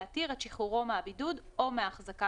להתיר את שחרורו מהבידוד או מההחזקה